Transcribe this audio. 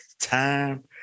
time